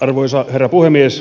arvoisa herra puhemies